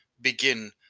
begin